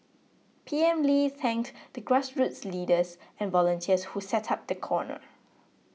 P M Lee thanked the grassroots leaders and volunteers who set up the corner